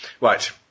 Right